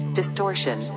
distortion